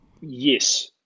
Yes